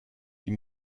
die